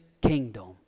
kingdom